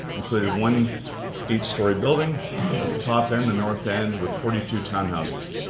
included one eight-story building at the top end, the north end, with forty two townhouses.